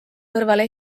kõrvale